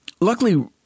Luckily